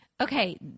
Okay